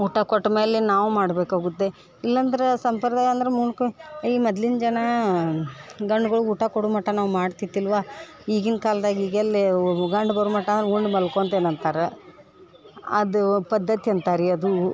ಊಟ ಕೊಟ್ಟಮೇಲೆ ನಾವು ಮಾಡಬೇಕಾಗುತ್ತೆ ಇಲ್ಲಾಂದ್ರ ಸಂಪ್ರದಾಯ ಅಂದ್ರೆ ಮುಳ್ಕ ಈ ಮದ್ಲಿನ ಜನ ಗಂಡ್ಗಳ್ಗ್ ಊಟ ಕೊಡು ಮಟ ನಾವು ಮಾಡ್ತಿದ್ದಿತ್ತಿಲ್ವ ಈಗಿನ ಕಾಲ್ದಾಗ ಈಗೆಲ್ಲೆ ಉ ಗಂಡ ಬರೋ ಮಟ ಉಂಡು ಮಲ್ಕೊಂತೇನೆ ಅಂತಾರೆ ಅದು ಪದ್ಧತಿ ಅಂತ ರೀ ಅದು